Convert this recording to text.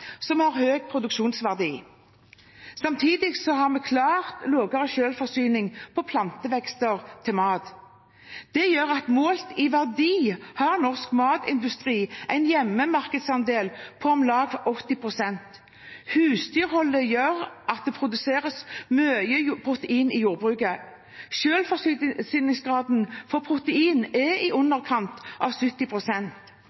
som har høy produksjonsverdi. Samtidig har vi klart lavere selvforsyning for plantevekster til mat. Det gjør at målt i verdi har norsk matindustri en hjemmemarkedsandel på om lag 80 pst. Husdyrholdet gjør at det produseres mye protein i jordbruket. Selvforsyningsgraden for protein er i